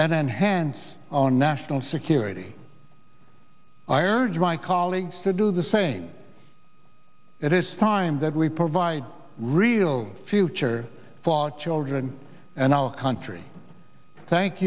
and enhance on national security i urge my colleagues to do the same it is time that we provide real future long children and our country thank